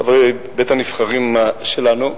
חברי בית-הנבחרים שלנו,